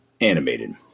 animated